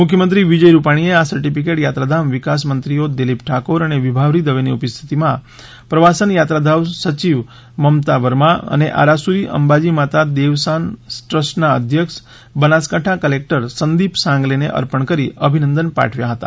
મુખ્યમંત્રી વિજય રૂપાણીએ આ સર્ટીફિકેટ યાત્રાધામ વિકાસ મંત્રીઓ દિલીપ ઠાકોર અને વિભાવરી દવેની ઉપસ્થિતિમાં પ્રવાસન યાત્રાધામ સચિવ મમતા વર્મા અને આરાસૂરી અંબાજી માતા દેવસ્થાન ટ્રસ્ટના અધ્યક્ષ બનાસકાંઠા કલેકટર સંદીપ સાંગલેને અર્પણ કરી અભિનંદન પાઠવ્યા હતા